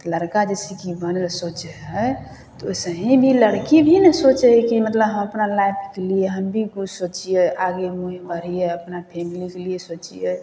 लड़का जइसेकि मने सोचै हइ तऽ ओहिसे भी लड़की भी ने सोचै हइ कि मतलब हम अपना लाइफके लिए हम भी किछु सोचिए आगे मुँहे बढ़िए अपना फैमिलीके लिए सोचिए